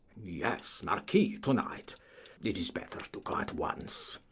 yes, marquis, to-night it is better to go at once.